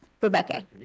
Rebecca